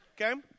Okay